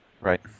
Right